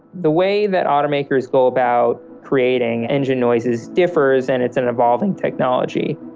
the way that automakers go about creating engine noises differs and it's an evolving technology.